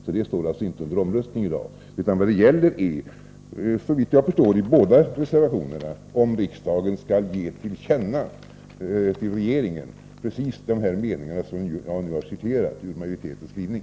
Detta står alltså inte under omröstning i dag, utan vad det gäller är, såvitt jag förstår i båda reservationerna, om riksdagen skall ge regeringen till känna precis de meningar som jag nu citerat ur utskottsmajoritetens skrivning.